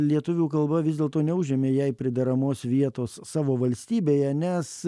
lietuvių kalba vis dėlto neužėmė jai prideramos vietos savo valstybėje nes